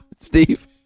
Steve